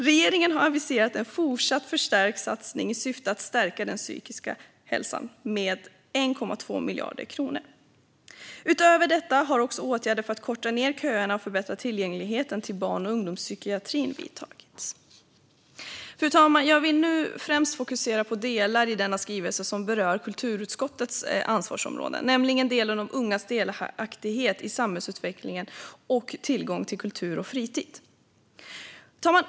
Regeringen har aviserat en fortsatt förstärkt satsning, i syfte att stärka den psykiska hälsan, med 1,2 miljarder kronor. Utöver detta har åtgärder för att korta köerna och förbättra tillgängligheten till barn och ungdomspsykiatrin vidtagits. Fru talman! Jag vill nu främst fokusera på det i denna skrivelse som berör kulturutskottets ansvarsområden, nämligen delen om ungas delaktighet i samhällsutvecklingen och tillgång till kultur och fritid. Fru talman!